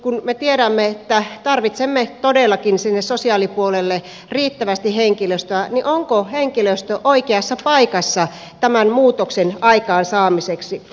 kun me tiedämme että tarvitsemme todellakin sinne sosiaalipuolelle riittävästi henkilöstöä niin onko henkilöstö oikeassa paikassa tämän muutoksen aikaansaamiseksi